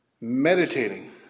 Meditating